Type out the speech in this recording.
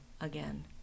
again